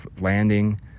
landing